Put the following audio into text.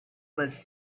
was